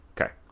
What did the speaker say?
Okay